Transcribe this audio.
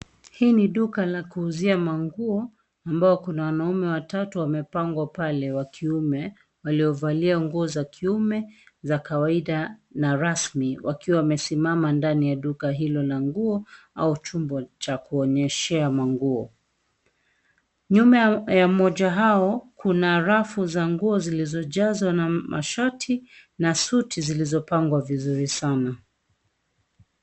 Hii ni duka la kuuzia manguo ambao kuna wanaume watatu wamepangwa pale wa kiume waliovalia nguo za kiume za kawaida na rasmi wakiwa wamesimama ndani ya duka hilo la nguo au chumba cha kuonyeshea manguo. Nyuma ya mmoja hao kuna rafu za nguo zilizojazwa na mashati na suti zilizopangwa vizuri sana.